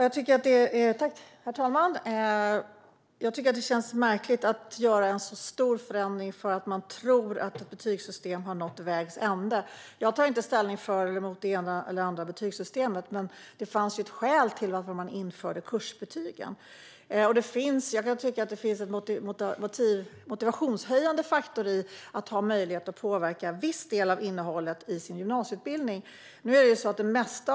Herr talman! Det känns märkligt att göra en så stor förändring för att man tror att ett betygssystem har nått vägs ände. Jag tar inte ställning för eller mot det ena eller det andra betygssystemet, men det fanns ett skäl till att man införde kursbetygen. Jag tycker att det kan finnas en motivationshöjande faktor i att ha möjlighet att påverka en viss del av innehållet i sin gymnasieutbildning.